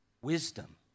Wisdom